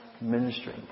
ministry